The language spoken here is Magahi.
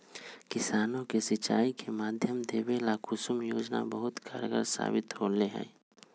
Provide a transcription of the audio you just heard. किसानों के सिंचाई के माध्यम देवे ला कुसुम योजना बहुत कारगार साबित होले है